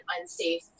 unsafe